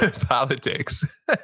Politics